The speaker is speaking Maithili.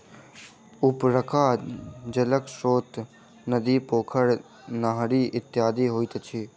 उपरका जलक स्रोत नदी, पोखरि, नहरि इत्यादि होइत अछि